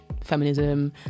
feminism